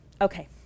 Okay